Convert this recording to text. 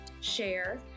share